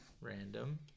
Random